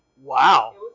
Wow